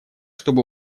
чтобы